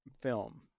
film